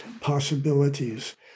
possibilities